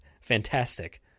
fantastic